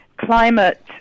climate